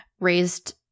raised